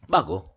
Bago